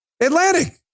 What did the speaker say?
Atlantic